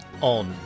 on